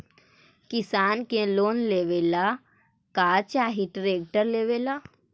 किसान के लोन लेबे ला का चाही ट्रैक्टर लेबे ला?